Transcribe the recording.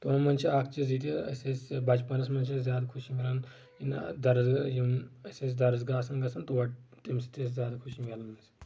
تمن منٛز چھِ اکھ چیٖز یہِ کہِ أسۍ ٲسۍ بچپنس منٛز چھِ أسۍ زیادٕ خوشی مناوان درٕز گاہ یِم أسۍ ٲسۍ درٕزس گاہ آسان گژھان تورٕ تیٚمہِ سۭتۍ ٲسۍ زیادٕ خُشی مِلان اسہِ